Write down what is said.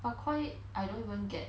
but KOI I don't even get the